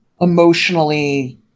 emotionally